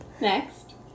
Next